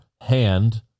hand